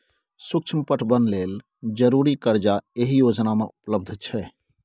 सुक्ष्म पटबन लेल जरुरी करजा एहि योजना मे उपलब्ध छै